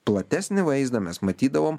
platesnį vaizdą mes matydavom